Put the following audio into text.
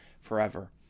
forever